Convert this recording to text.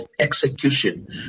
execution